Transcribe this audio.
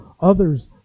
others